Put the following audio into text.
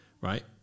Right